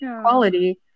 quality